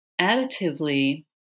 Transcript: additively